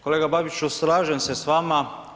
Kolega Babiću, slažem se s vama.